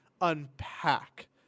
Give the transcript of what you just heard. unpack